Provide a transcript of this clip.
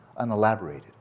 unelaborated